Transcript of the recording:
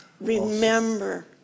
Remember